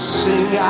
sing